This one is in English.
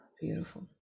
beautiful